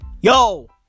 Yo